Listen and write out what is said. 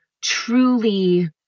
truly